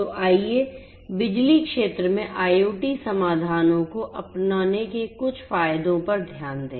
तो आइए बिजली क्षेत्र में IoT समाधानों को अपनाने के कुछ फायदों पर ध्यान दें